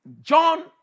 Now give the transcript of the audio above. John